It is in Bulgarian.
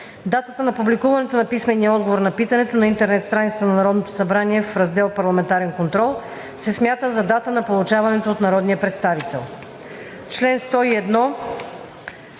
Датата на публикуването на писмения отговор на питането на интернет страницата на Народното събрание в раздел „Парламентарен контрол“ се смята за дата на получаването от народния представител.“